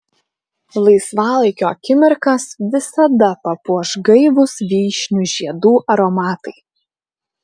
laisvalaikio akimirkas visada papuoš gaivūs vyšnių žiedų aromatai